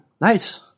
Nice